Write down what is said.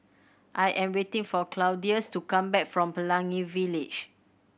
I am waiting for Claudius to come back from Pelangi Village